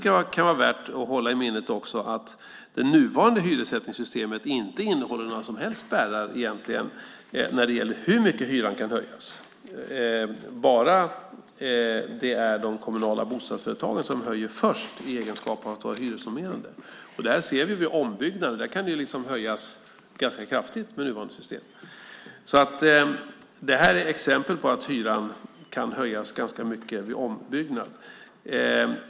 Det kan också vara värt att hålla i minnet att det nuvarande hyressättningssystemet egentligen inte innehåller några som helst spärrar när det gäller hur mycket hyran kan höjas, bara det är de kommunala bostadsföretagen som höjer först i egenskap av hyresnormerande. Det här ser vi vid ombyggnader. Där kan hyrorna höjas ganska kraftigt med nuvarande system. Det är ett exempel på att hyror kan höjas ganska mycket vid ombyggnad.